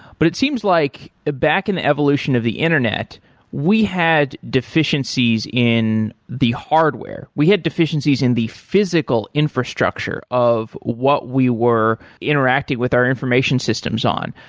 but it seems like ah back in the evolution of the internet we had deficiencies in the hardware. we had deficiencies in the physical infrastructure of what we were interacting with our information systems on.